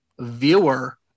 viewer